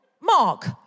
Mark